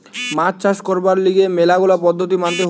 মাছ চাষ করবার লিগে ম্যালা গুলা পদ্ধতি মানতে হতিছে